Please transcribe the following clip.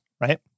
right